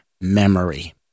memory